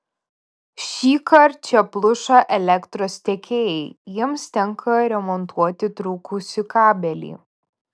šįkart čia pluša elektros tiekėjai jiems tenka remontuoti trūkusį kabelį